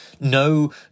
no